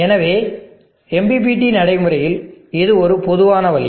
எனவே MPPT நடைமுறையில் இது ஒரு பொதுவான வழி